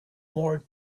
more